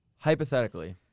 Hypothetically